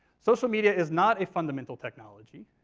social media is not a fundamental technology.